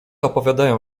opowiadają